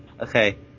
Okay